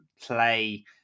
play